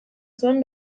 zuen